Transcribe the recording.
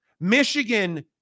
Michigan